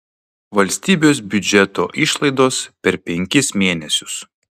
valstybės biudžeto išlaidos per penkis mėnesius